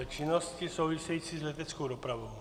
N513 činnosti související s leteckou dopravou.